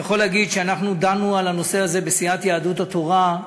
אני יכול להגיד שאנחנו דנו על הנושא הזה בסיעת יהדות התורה,